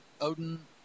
Odin